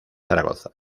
zaragoza